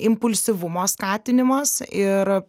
impulsyvumo skatinimas ir